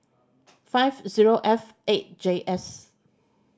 five zero F eight J S